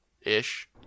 Ish